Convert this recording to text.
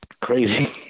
crazy